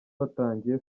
batangiye